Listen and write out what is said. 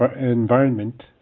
environment